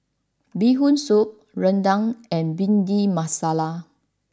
Bee Hoon Soup Rendang and Bhindi Masala